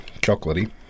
chocolatey